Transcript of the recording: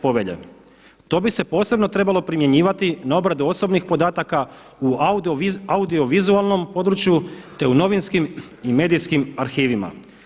Povelje to bi se posebno trebalo primjenjivati na obradu osobnih podataka u audio-vizualnom području, te u novinskim i medijskim arhivima.